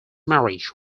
marriage